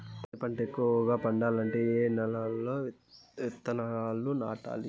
పత్తి పంట ఎక్కువగా పండాలంటే ఏ నెల లో విత్తనాలు నాటాలి?